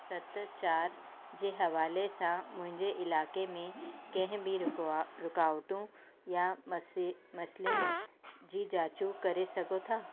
सत चार जे हवाले सां मुंहिंजे इलाइक़े में कंहिं बि रिक्वा रुकावटूं यां मसी मसइलनि जी जाचूं करे सघो था